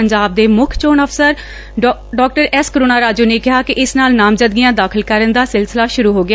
ਪੰਜਾਬ ਦੇ ਮੁੱਖ ਚੋਣ ਅਫਸਰ ਡਾ ਐਸ ਕਰੁਣਾ ਰਾਜੂ ਨੇ ਕਿਹਾ ਕਿ ਇਸ ਨਾਲ ਨਾਮਜ਼ਦਗੀਆਂ ਦਾਖ਼ਲ ਕਰਨ ਦਾ ਸਿਲਲਿਸਾ ਸੁਰੁ ਹੋ ਗਿਆ